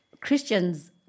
Christians